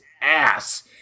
ass